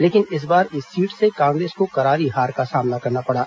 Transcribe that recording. लेकिन इस बार इस सीट से कांग्रेस को करारी हार का सामना करना पड़ा